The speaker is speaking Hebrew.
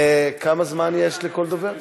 כמה זמן יש לכל דובר?